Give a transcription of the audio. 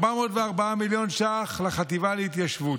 404 מיליון ש"ח לחטיבה להתיישבות,